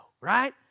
right